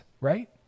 right